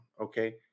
okay